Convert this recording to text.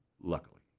Luckily